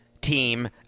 team